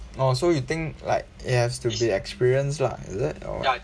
oh so you think like it has to be experience lah is it or